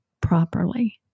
properly